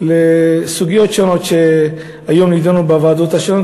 לסוגיות שונות שהיום נדונו בוועדות השונות,